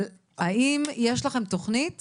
אבל האם יש לכם תכנית